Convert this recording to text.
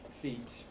feet